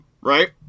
right